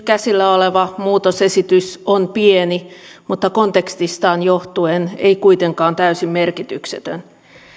käsillä oleva muutosesitys on pieni mutta kontekstistaan johtuen ei kuitenkaan täysin merkityksetön